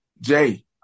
Jay